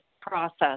process